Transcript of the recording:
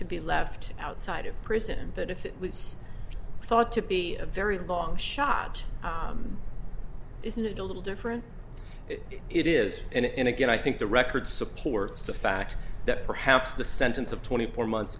to be left outside of prison that if it was thought to be a very long shot isn't it a little different it is and again i think the record supports the fact that perhaps the sentence of twenty four months